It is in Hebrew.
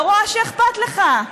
לא רואה שאכפת לך.